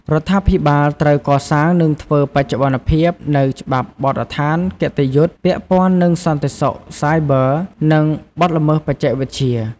រដ្ឋាភិបាល ត្រូវ កសាង និង ធ្វើបច្ចុប្បន្នភាព នូវ ច្បាប់បទដ្ឋានគតិយុត្ត ពាក់ព័ន្ធនឹង សន្តិសុខសាយប័រ និង បទល្មើសបច្ចេកវិទ្យា។